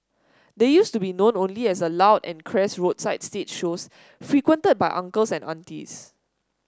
they used to be known only as a loud and crass roadside stage shows frequented by uncles and aunties